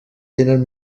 tenen